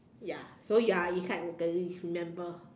ya so you're inside the list remember